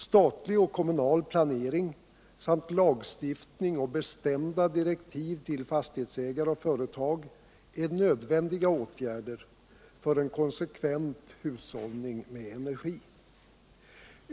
Statlig och kommunal planering samt lagstiftning och bestämda direktiv till fastighetsägare och företag är nödvändiga åtgärder för en konsekvent hushållning med energi.